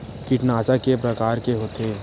कीटनाशक के प्रकार के होथे?